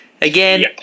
Again